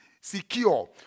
secure